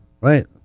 Right